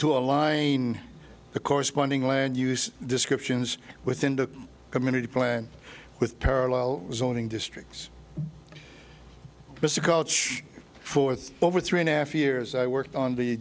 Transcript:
to align the corresponding land use descriptions within the community plan with parallel zoning districts because the coach forth over three and a half years i worked on the